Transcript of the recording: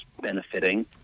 benefiting